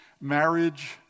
Marriage